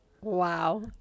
Wow